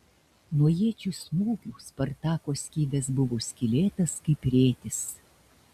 nuo iečių smūgių spartako skydas buvo skylėtas kaip rėtis